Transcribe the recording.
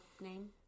name